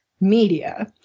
media